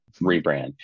rebrand